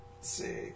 see